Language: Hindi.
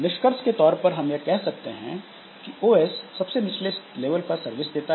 निष्कर्ष के तौर पर हम कह सकते हैं कि OS सबसे निचले लेवल पर सर्विस देता है